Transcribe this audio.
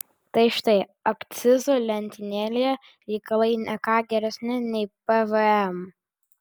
tai štai akcizų lentynėlėje reikalai ne ką geresni nei pvm